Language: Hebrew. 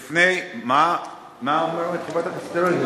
לפני, מה אומרת חברת הכנסת?